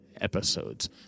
episodes